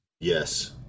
Yes